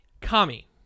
Kami